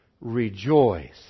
rejoice